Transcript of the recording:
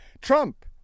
Trump